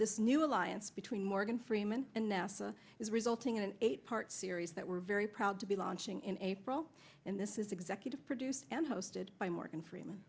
this new alliance between morgan freeman and nasa is resulting in an eight part series that we're very proud to be launching in april in this is executive produced and hosted by morgan freeman